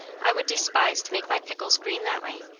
i would despise to make my pickles green that way.